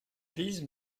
these